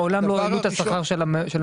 מעולם לא העלו את השכר של המטפלות.